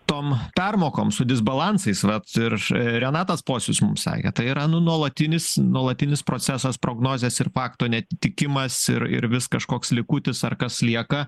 tom permokom su disbalansais vat ir renatas pocius mum sakė tai yra nu nuolatinis nuolatinis procesas prognozės ir fakto neatitikimas ir ir vis kažkoks likutis ar kas lieka